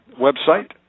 website